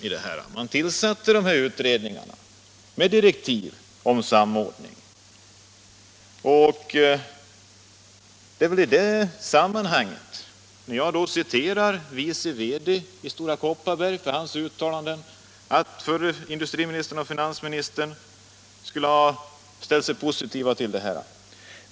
Man tillsatte utredningar med direktiv om samordning. Det är i det sam manhanget som jag har citerat ett uttalande av vice VD i Stora Kopparberg Nr 43 om att förre industriministern och förre finansministern skulle ha ställt Fredagen den sig positiva till åtgärderna.